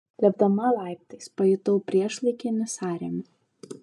lipdama laiptais pajutau priešlaikinį sąrėmį